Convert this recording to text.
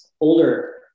Older